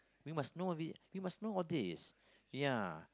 you must know a bit you must know all this ya